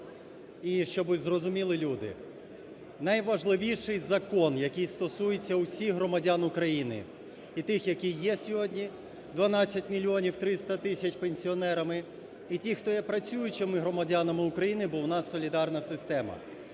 і щоб зрозуміли люди. Найважливіший закон, який стосується всіх громадян України, і тих, які є сьогодні, 12 мільйонів 300 тисяч пенсіонерами, і ті, хто є працюючи громадянами України, бо у нас солідарна система.